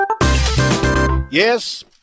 Yes